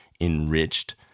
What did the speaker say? enriched